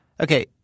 Okay